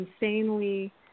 insanely